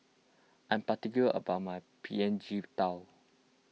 I am particular about my P N G Tao